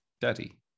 daddy